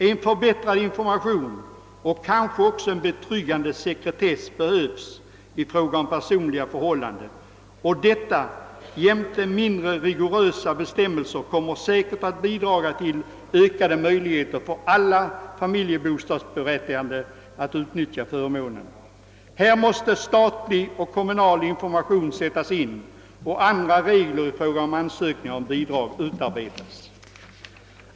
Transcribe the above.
En förbättrad information och kanske också en betryggande sekretess behövs i fråga om personliga förhål landen, och detta jämte mindre rigorösa bestämmelser kommer säkert att bidraga till ökade möjligheter för alla familjebostadsbidragsberättigade att utnyttja förmånen. Här måste statlig och kommunal information sättas in och andra regler i fråga om ansökningar om bidrag utarbetas.